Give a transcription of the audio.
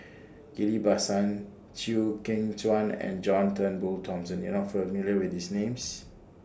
Ghillie BaSan Chew Kheng Chuan and John Turnbull Thomson YOU Are not familiar with These Names